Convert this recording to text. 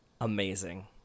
amazing